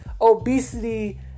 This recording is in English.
obesity